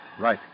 Right